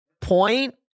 Point